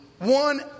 one